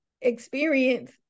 experience